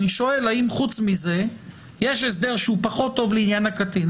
אני שואל האם חוץ מזה יש הסדר שהוא פחות טוב לעניין הקטין,